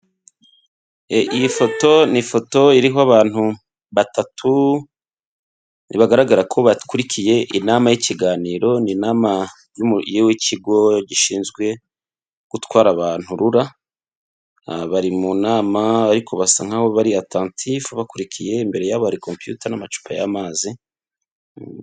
Iyi foto ni ifoto iriho abantu batatu, ntibagaragara ko bakurikiye inama y'ikiganiro, ni inama y'ikigo gishinzwe gutwara abantu rura bari mu nama ariko basa nkaho bari atantifu bakurikiye imbere y'aba compiyuta n'amacupa y'amazi.